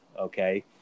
Okay